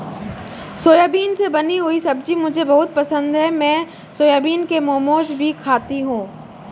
soybean से बनी हुई सब्जी मुझे बहुत पसंद है मैं सोयाबीन के मोमोज भी खाती हूं